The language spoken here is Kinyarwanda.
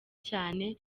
cyane